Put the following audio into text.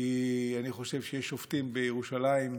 כי אני חושב שיש שופטים בירושלים,